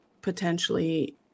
potentially